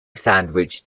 sandwich